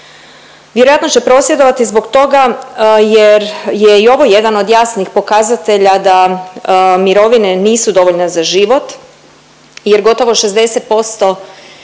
Vjerojatno će prosvjedovati zbog toga jer je i ovo jedan od jasnih pokazatelja da mirovine nisu dovoljne za život jer gotovo 60%